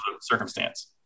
circumstance